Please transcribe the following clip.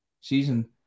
season